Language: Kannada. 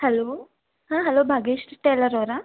ಹಲೋ ಹಾಂ ಹಲೋ ಭಾಗ್ಯಶ್ರೀ ಟೈಲರ್ ಅವ್ರ